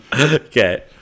Okay